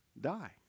die